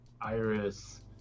Iris